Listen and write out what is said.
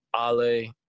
Ale